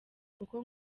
kuko